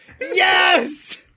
Yes